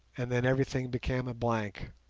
and then everything became a blank.